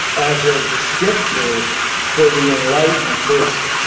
as a descriptor for the enlightened person.